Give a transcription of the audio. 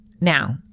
now